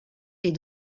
est